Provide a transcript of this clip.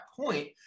point